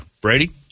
Brady